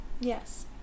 Yes